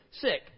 sick